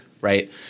right